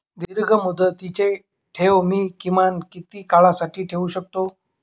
दीर्घमुदतीचे ठेव मी किमान किती काळासाठी ठेवू शकतो?